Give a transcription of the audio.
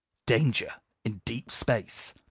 danger in deep space,